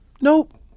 Nope